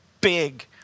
big